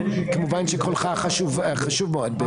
כמובן שקולך חשוב מאוד.